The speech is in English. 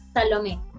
Salome